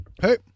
Hey